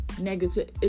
Negative